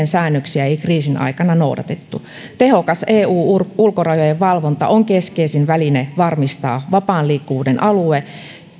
säännöksiä ei kriisin aikana noudatettu tehokas eu ulkorajojen valvonta on keskeisin väline varmistaa vapaan liikkuvuuden alue